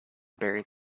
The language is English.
buried